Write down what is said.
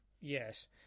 yes